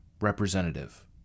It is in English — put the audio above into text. representative